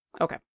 Okay